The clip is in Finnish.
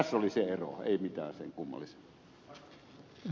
tässä oli se ero ei mitään sen kummallisempaa